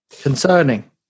Concerning